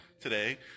today